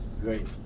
Great